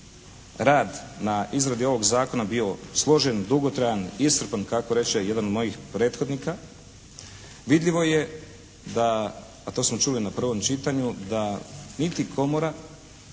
rad na izradi ovog zakona bio složen, dugotrajan, iscrpan kako reče jedan od mojih prethodnika vidljivo je da a to smo čuli na prvom čitanju da niti komora,